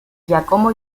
giacomo